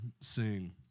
sing